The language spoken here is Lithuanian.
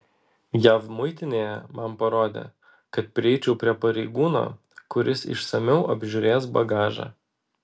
jav muitinėje man parodė kad prieičiau prie pareigūno kuris išsamiau apžiūrės bagažą